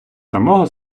самого